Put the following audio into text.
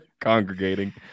congregating